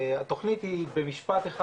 התוכנית היא במשפט אחד,